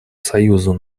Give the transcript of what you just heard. союзу